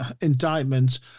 indictment